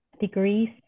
degrees